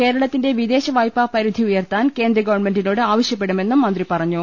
കേരളത്തിന്റെ വിദേശ വായ്പാ പരിധി ഉയർത്താൻ കേന്ദ്രഗവൺമെന്റിനോട് ആവശ്യപ്പെടുമെന്നും മന്ത്രി പറ ഞ്ഞു